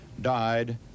died